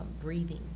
Breathing